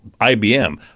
ibm